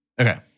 Okay